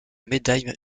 médaille